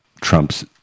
Trump's